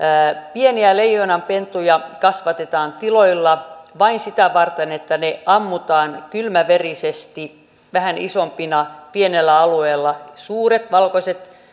pieniä leijonanpentuja kasvatetaan tiloilla vain sitä varten että ne ammutaan kylmäverisesti vähän isompina pienellä alueella suuret valkoiset